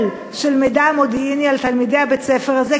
של מידע מודיעיני על תלמידי בית-הספר הזה,